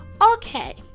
Okay